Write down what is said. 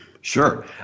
Sure